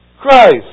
Christ